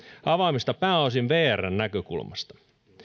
avaamista pääosin vrn näkökulmasta